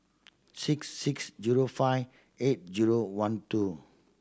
six six zero five eight zero one two